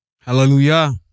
Hallelujah